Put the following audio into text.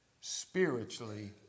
Spiritually